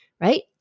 right